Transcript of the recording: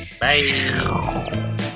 Bye